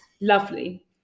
lovely